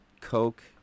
coke